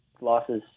losses –